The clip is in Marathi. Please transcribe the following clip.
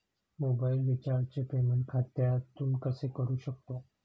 मोबाइल रिचार्जचे पेमेंट खात्यातून कसे करू शकतो?